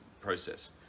process